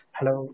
Hello